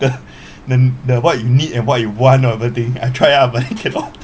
the the the what you need and what you want over thing I try out but cannot